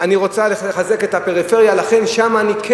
אני רוצה לחזק את הפריפריה,